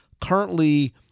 currently